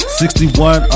61